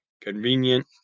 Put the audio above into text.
convenient